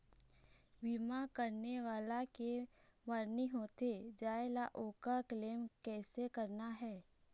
बीमा करने वाला के मरनी होथे जाय ले, ओकर क्लेम कैसे करना हे?